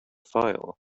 file